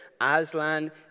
Aslan